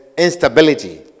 instability